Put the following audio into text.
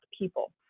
people